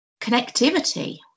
connectivity